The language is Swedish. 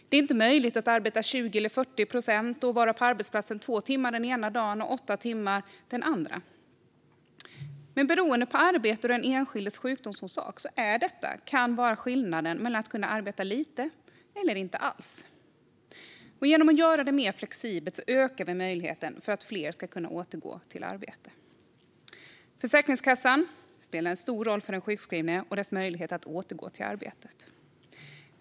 Det är inte möjligt att arbeta 20 eller 40 procent eller att vara på arbetsplatsen två timmar den ena dagen och åtta timmar den andra. Men beroende på arbete och den enskildes sjukdomsorsak kan detta vara skillnaden mellan att kunna arbeta lite och att inte kunna arbeta alls. Genom att göra det mer flexibelt ökar vi möjligheten för fler att återgå till arbetet. Försäkringskassan spelar en stor roll för den sjukskrivne och dennes möjlighet att återgå till arbetet.